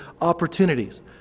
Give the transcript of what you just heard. opportunities